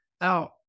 out